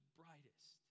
brightest